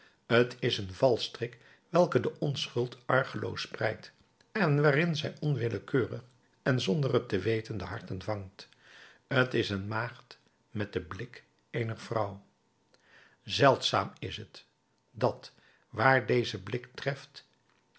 t is een valstrik welke de onschuld argeloos spreidt en waarin zij onwillekeurig en zonder het te weten de harten vangt t is een maagd met den blik eener vrouw zeldzaam is t dat waar deze blik treft